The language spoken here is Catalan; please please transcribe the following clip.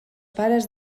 pares